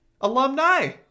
alumni